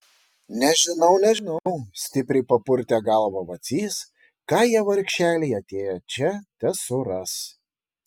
nežinau nežinau stipriai papurtė galvą vacys ką jie vargšeliai atėję čia tesuras